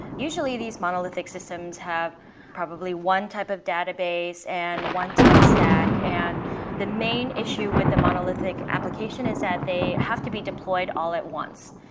usually these monolithic systems have probably one type of database and one tech stack and the main issue with the monolithic application is that they have to be deployed all at once.